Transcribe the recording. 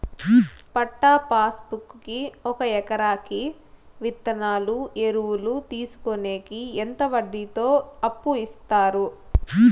పట్టా passbook కి ఒక ఎకరాకి విత్తనాలు, ఎరువులు తీసుకొనేకి ఎంత వడ్డీతో అప్పు ఇస్తారు?